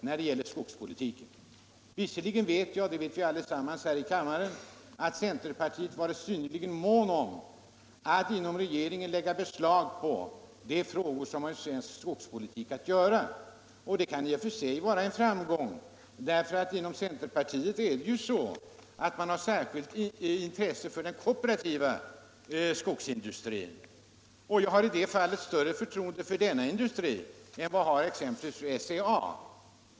Centerpartiet har varit synnerligen månt om att inom regeringen lägga beslag på de frågor som har med svensk skogspolitik att göra, och det är i och för sig en framgång. Inom centerpartiet har man ju ett särskilt intresse för den kooperativa skogsindustrin, och jag har större förtroende för den än för exempelvis SCA.